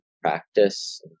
practice